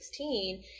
2016